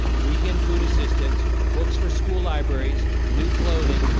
weekend food assistance, books for school libraries, new clothing,